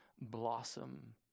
blossom